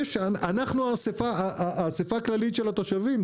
משם אנחנו האסיפה הכללית של התושבים,